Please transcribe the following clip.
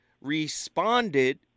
responded